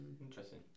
Interesting